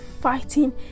fighting